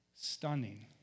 stunning